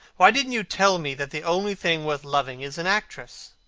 why didn't you tell me that the only thing worth loving is an actress?